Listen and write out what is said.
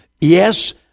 Yes